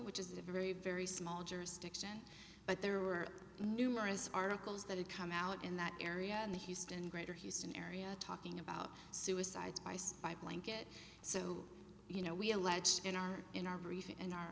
which is a very very small jurisdiction but there were numerous articles that have come out in that area in the houston greater houston area talking about suicide by blanket so you know we allege in our in our brief